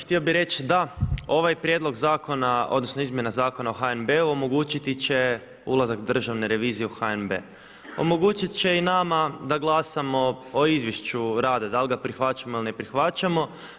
Htio bi reći da ovaj prijedlog zakona, odnosno izmjena Zakona o HNB-u omogućiti će ulazak državne revizije u HNB, omogućit će i nama da glasamo o izvješću rada dal ga prihvaćamo ili ne prihvaćamo.